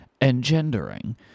engendering